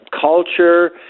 culture